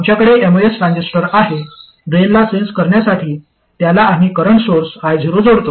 आमच्याकडे MOS transistor आहे ड्रेनला सेन्स करण्यासाठी त्याला आम्ही करंट सोर्स I0 जोडतो